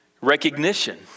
recognition